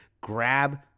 grab